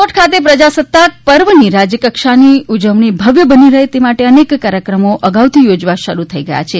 રાજકોટ ખાતે પ્રજાસત્તાક પર્વની રાજ્ય કક્ષા ની ઉજવણી ભવ્ય બની રહે તે માટે અનેક કાર્યક્રમો અગાઉથી યોજાવા શરૂ થઈ ગયા છે